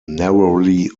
narrowly